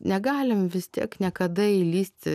negalim vis tiek niekada įlįsti